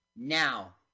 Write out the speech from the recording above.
Now